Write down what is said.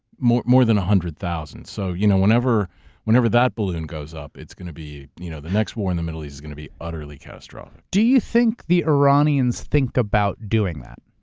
more more than one hundred thousand. so you know, whenever whenever that balloon goes up, it's gonna be. you know the next war in the middle east is gonna be utterly catastrophic. do you think the iranians think about doing that?